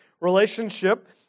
Relationship